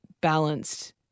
balanced